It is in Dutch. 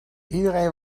iedereen